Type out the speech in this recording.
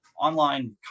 Online